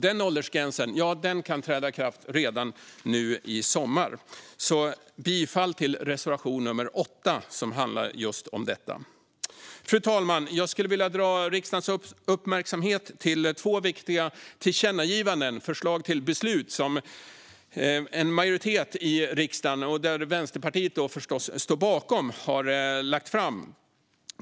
Den åldersgränsen kan träda i kraft redan nu i sommar. Jag yrkar bifall till reservation nummer 8, som handlar om just detta. Fru talman! Jag vill dra riksdagens uppmärksamhet till två viktiga tillkännagivanden, förslag till beslut, som en majoritet i riksdagen har föreslagit och som Vänsterpartiet förstås står bakom.